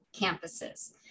campuses